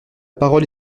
parole